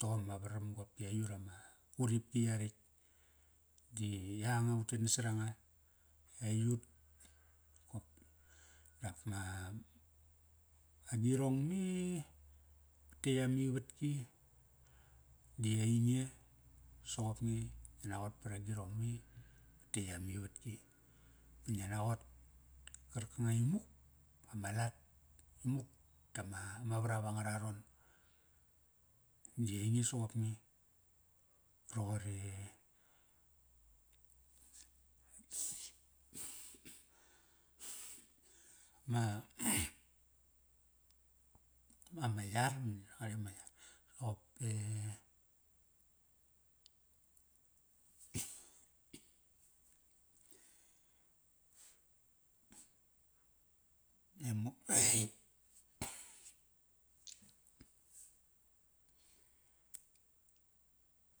Matom ama varam qopki aiyut ama, uripki yaretk. Di yanga utet nasa ranga. Aiyut kop dap ma, agirong me vatetk amivatki di ainge soqop nge. Ngia naqot par agirong me. Vat tetk am ivatki. Ngia naqot karkanga imuk ama latmuk tama, ma varap angararon. Di ainge soqop nge. Ba roqor e ma ama yar.